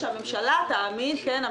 שהממשלה תעמיד כן,